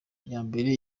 imbere